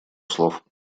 слов